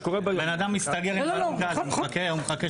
לכן אני חושב שכשאנחנו מדברים פה על משהו מקצועי,